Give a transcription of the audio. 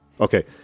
Okay